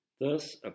Thus